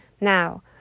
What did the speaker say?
Now